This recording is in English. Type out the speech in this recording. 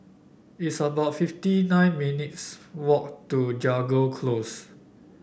it's about fifty nine minutes' walk to Jago Close